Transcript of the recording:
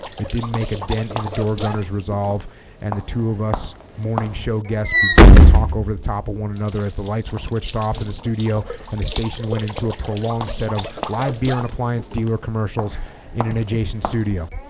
it didn't make a dent in the door gunner's resolve and the two of us morning show guests began to talk over the top of one another as the lights were switched off in the studio and the station went into a prolonged set of live beer and appliance dealer commercials in an adjacent studio